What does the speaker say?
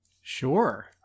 Sure